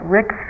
Rick